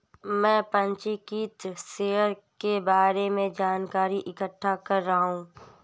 मैं पंजीकृत शेयर के बारे में जानकारी इकट्ठा कर रहा हूँ